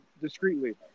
discreetly